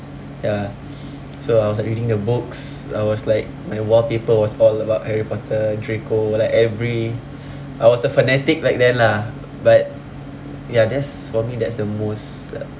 ya so I was like reading the books I was like my wallpaper was all about harry potter draco like every I was a fanatic back then lah but ya that's for me that's the most